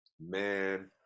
Man